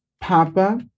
Papa